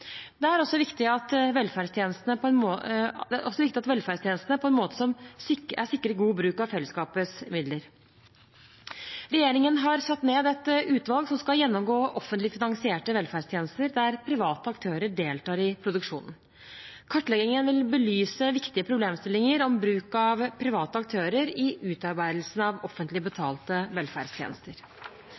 også til mangfold i tilbudet. Det er også viktig at velferdstjenestene sikrer god bruk av fellesskapets midler. Regjeringen har satt ned et utvalg som skal gjennomgå offentlig finansierte velferdstjenester der private aktører deltar i produksjonen. Kartleggingen vil belyse viktige problemstillinger om bruk av private aktører i utarbeidelsen av offentlig betalte velferdstjenester.